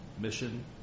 mission